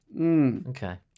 Okay